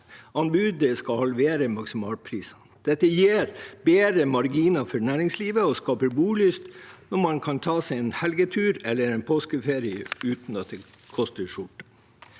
skal halvere maksimalprisen. Dette gir bedre marginer for næringslivet, og det skaper bolyst når man kan ta seg en helgetur eller en påskeferie uten at det koster skjorta.